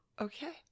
Okay